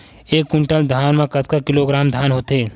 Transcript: एक कुंटल धान में कतका किलोग्राम धान होथे?